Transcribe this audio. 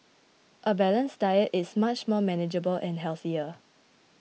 a balanced diet is much more manageable and healthier